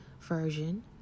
version